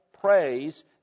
praise